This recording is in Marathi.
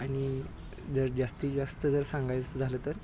आणि जर जास्तीत जास्त जर सांगायचं झालं तर